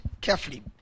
carefully